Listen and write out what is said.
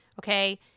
okay